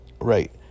right